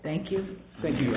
thank you thank you